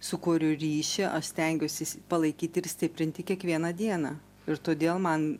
su kuriuo ryšį aš stengiuosi palaikyti ir stiprinti kiekvieną dieną ir todėl man